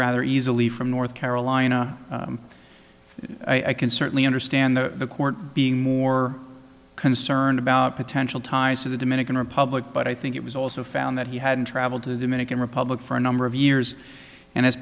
rather easily from north carolina i can certainly understand the court being more concerned about potential ties to the dominican republic but i think it was also found that he hadn't traveled to the dominican republic for a number of years and as